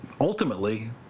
ultimately